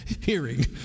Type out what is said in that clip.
hearing